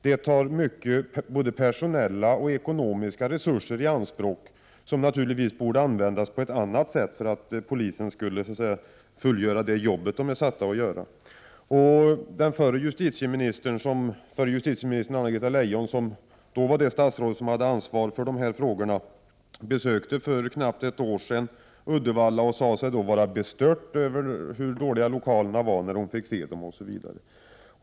Man tar både personella och ekonomiska resurser i anspråk som egentligen borde användas på ett annat sätt för att polisen skall kunna fullfölja det arbete den är satt att göra. Den förra justitieministern Anna-Greta Leijon, som hade ansvaret för dessa frågor, besökte för ett knappt år sedan Uddevalla och sade sig vara bestört över hur dåliga lokalerna var.